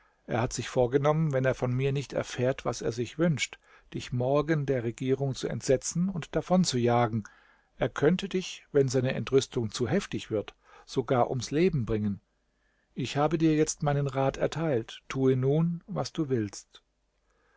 er hat sich vorgenommen wenn er von mir nicht erfährt was er sich wünscht dich morgen der regierung zu entsetzen und davonzujagen er könnte dich wenn seine entrüstung zu heftig wird sogar ums leben bringen ich habe dir jetzt meinen rat erteilt tue nun was du willst